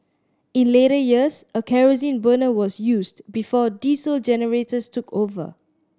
in later years a kerosene burner was used before diesel generators took over